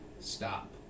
Stop